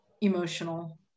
emotional